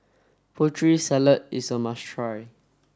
Putri Salad is a must try